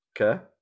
Okay